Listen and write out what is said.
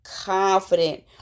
confident